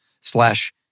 slash